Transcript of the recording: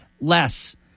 less